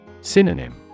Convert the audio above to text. Synonym